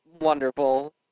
wonderful